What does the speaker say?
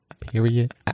Period